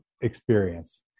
experience